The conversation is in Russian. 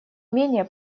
менее